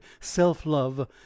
self-love